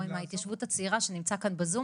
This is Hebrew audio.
מההתיישבות הצעירה שנמצא כאן בזום.